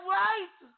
right